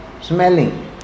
smelling